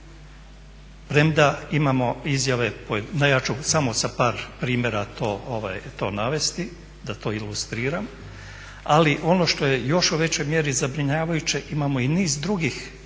Premda imamo izjave, ja ću samo sa par primjera to navesti da to ilustriram ali ono što je još u većoj mjeri zabrinjavajuće imamo i niz drugih igrača